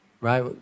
Right